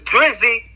Drizzy